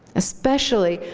especially,